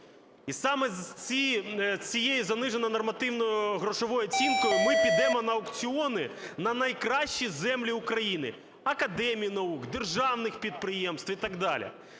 І саме з цією заниженою нормативно-грошовою оцінкою ми підемо на аукціони на найкращі землі України – академій наук, державних підприємств і так далі.